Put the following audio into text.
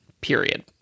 period